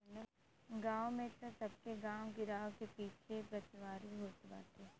गांव में तअ सबके गांव गिरांव के पिछवारे बसवारी होत बाटे